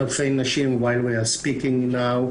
אלפי נשים while we are speaking now,